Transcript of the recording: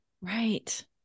Right